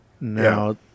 Now